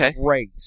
Great